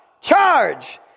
Charge